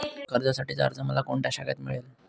कर्जासाठीचा अर्ज मला कोणत्या शाखेत मिळेल?